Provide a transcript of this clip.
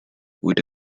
with